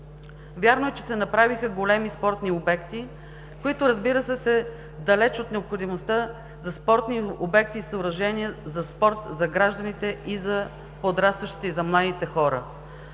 Вярно е, че се направиха големи спортни обекти, които, разбира се, са далеч от необходимостта за спортни обекти и съоръжения за спорт за гражданите и за подрастващите и за младите хора.